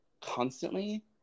constantly